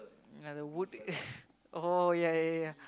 ya the wood oh ya ya ya